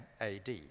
AD